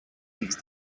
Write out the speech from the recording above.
these